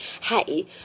hey